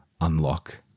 unlock